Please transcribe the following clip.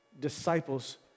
disciples